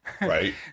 Right